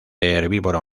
herbívoro